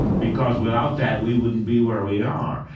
because without that we wouldn't be where we are.